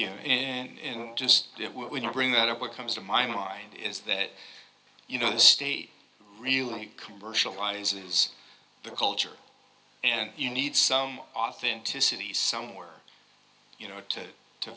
you know in just when you bring that up what comes to my mind is that you know the state really commercialise is the culture and you need some authenticity somewhere you know to